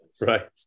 Right